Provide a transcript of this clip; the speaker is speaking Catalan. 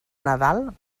nadal